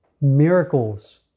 miracles